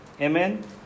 Amen